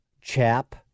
chap